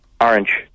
Orange